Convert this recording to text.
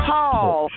Paul